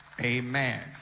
amen